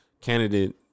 candidate